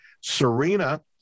Serena